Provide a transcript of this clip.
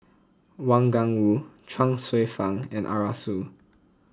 Wang Gungwu Chuang Hsueh Fang and Arasu